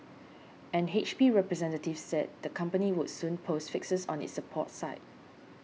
an H P representative said the company would soon post fixes on its support site